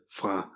fra